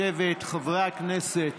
בבקשה לשבת, חברי הכנסת.